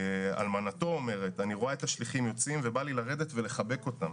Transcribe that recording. אלמנתו אומרת: אני רואה את השליחים יוצאים ובא לי לרדת ולחבק אותם,